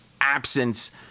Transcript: absence